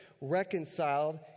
reconciled